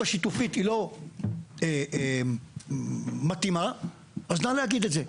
השיתופית היא לא מדינה אז נא להגיד את זה.